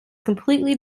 completely